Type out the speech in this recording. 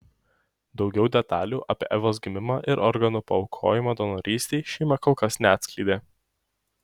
daugiau detalių apie evos gimimą ir organų paaukojimą donorystei šeima kol kas neatskleidė